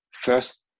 first